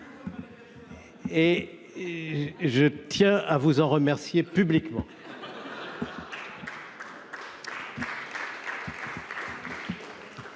Et je tiens à vous en remercier publiquement.